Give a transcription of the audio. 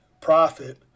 profit